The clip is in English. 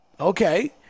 Okay